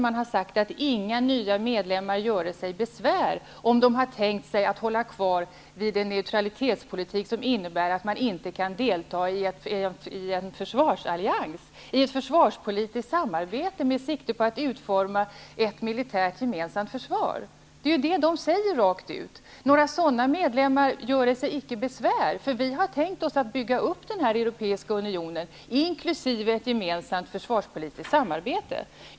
Man har sagt att inga nya medlemmar göre sig besvär om de har tänkt sig att hålla kvar vid en neutralitetspolitik som innebär att de inte kan delta i en försvarsallians, ett försvarspolitiskt samarbete med sikte på att utforma ett gemensamt militärt försvar. Det är vad de säger rakt ut: Några sådana medlemmar göre sig icke besvär. Vi har tänkt oss att bygga upp Europeiska unionen, som inkluderar ett gemensamt försvarspolitiskt samarbete.